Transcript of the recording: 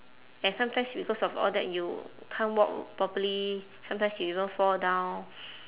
and sometimes because of all that you can't walk properly sometimes you even fall down